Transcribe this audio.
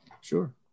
Sure